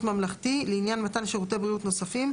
ממלכתי לעניין מתן שירותי בריאות נוספים,